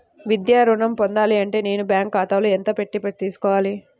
విద్యా ఋణం పొందాలి అంటే నేను బ్యాంకు ఖాతాలో ఎంత పెట్టి తీసుకోవాలి?